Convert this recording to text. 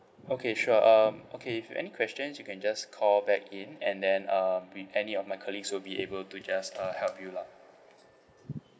okay sure um okay if any questions you can just call back in and then um we any of my colleagues will be able to just uh help you lah